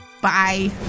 Bye